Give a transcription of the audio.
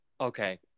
okay